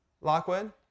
Lockwood